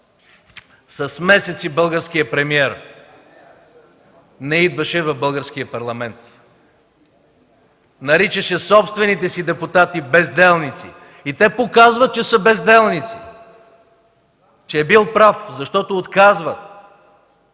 С месеци българският премиер не идваше в българския Парламент, наричаше собствените си депутати „безделници”. И те показват, че са безделници, че е бил прав, защото отказват